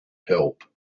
help